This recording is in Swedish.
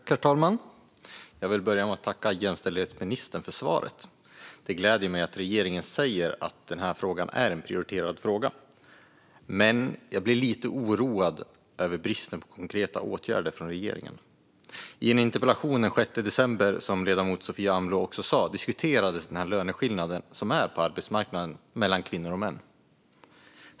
Herr talman! Jag vill börja med att tacka jämställdhetsministern för svaret. Det gläder mig att regeringen säger att detta är en prioriterad fråga, men jag blir lite oroad över bristen på konkreta åtgärder från regeringen. I en interpellationsdebatt den 6 december diskuterades, som ledamoten Sofia Amloh tog upp, den löneskillnad som finns på arbetsmarknaden mellan kvinnor och män.